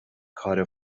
کار